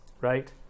right